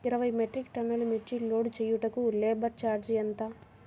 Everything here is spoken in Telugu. ఇరవై మెట్రిక్ టన్నులు మిర్చి లోడ్ చేయుటకు లేబర్ ఛార్జ్ ఎంత?